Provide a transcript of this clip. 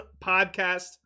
podcast